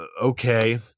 Okay